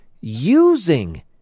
using